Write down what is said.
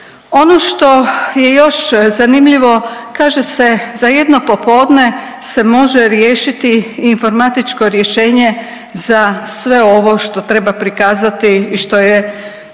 Ono što je još zanimljivo, kaže se za jedno popodne se može riješiti informatičko rješenje za sve ovo što treba prikazati i što je